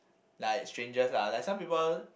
like strangers lah like some people